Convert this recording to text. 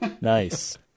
Nice